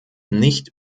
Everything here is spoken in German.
nicht